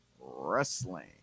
wrestling